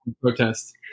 protest